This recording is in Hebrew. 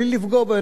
בלי לפגוע בו,